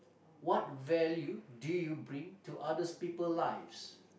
what value do you bring to others people lives